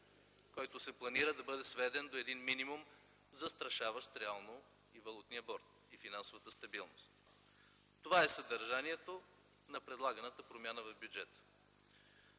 който се планира да бъде сведен до един минимум, застрашаващ реално и валутния борд, и финансовата стабилност. Това е съдържанието на предлаганата промяна в бюджета.